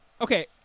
Okay